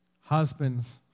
Husbands